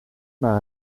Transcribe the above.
maar